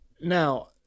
Now